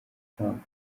trump